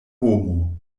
homo